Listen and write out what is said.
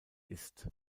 ist